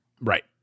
Right